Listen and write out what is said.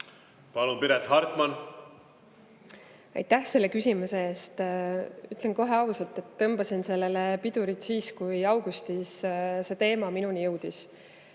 Palun, Piret Hartman! Aitäh selle küsimuse eest! Ütlen kohe ausalt, et tõmbasin sellele pidurit siis, kui augustis see teema minuni jõudis.